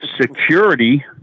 Security